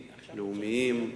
לאומיים,